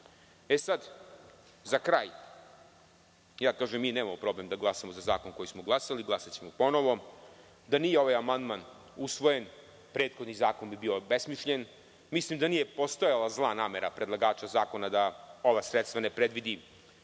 kraj, želeo bih da kažem da mi nemamo problem da glasamo za zakon za koji smo glasali, glasaćemo ponovo. Da nije ovaj amandman usvojen, prethodni zakon bi bio obesmišljen. Mislim da nije postojala zla namera predlagača zakona da ova sredstva ne predvidi